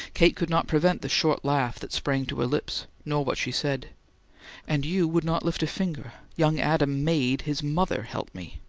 kate could not prevent the short laugh that sprang to her lips, nor what she said and you would not lift a finger young adam made his mother help me.